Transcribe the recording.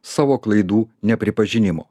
savo klaidų nepripažinimo